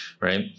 Right